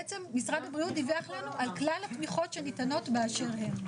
בעצם משרד הבריאות דיווח לנו על כלל התמיכות שניתנות באשר הן.